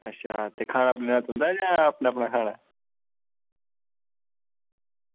ते खाना पीना तुंदा जां अपना